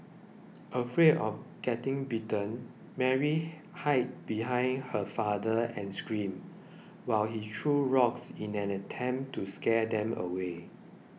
afraid of getting bitten Mary hid behind her father and screamed while he threw rocks in an attempt to scare them away